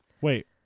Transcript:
Wait